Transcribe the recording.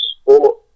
sport